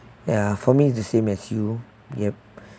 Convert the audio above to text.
ya for me is the same as you yep